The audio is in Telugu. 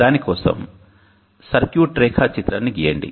దాని కోసం సర్క్యూట్ రేఖాచిత్రాన్ని గీయండి